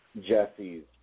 Jesse's